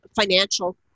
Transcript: financial